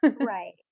Right